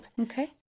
Okay